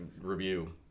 review